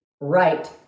right